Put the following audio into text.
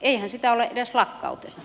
eihän sitä ole edes lakkautettu